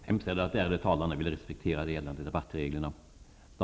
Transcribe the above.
Jag hemställer att de ärade talarna respekterar de gällande debattreglerna.